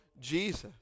Jesus